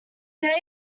date